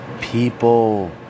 people